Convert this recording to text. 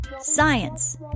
science